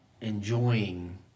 enjoying